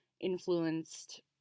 influenced